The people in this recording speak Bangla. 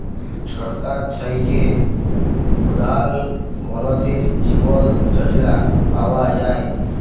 ছরকার থ্যাইকে পধাল মলতিরি জীবল যজলা পাউয়া যায়